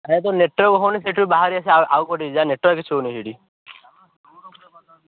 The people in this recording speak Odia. ହଉ ତୋର ନେଟୱର୍କ ହଉନି ସେଠୁ ବାହାରି ଆସିକି ଆ ଆଉ କୁଆଡେ ଯା ସେଠି ନେଟୱର୍କ ଆସୁନି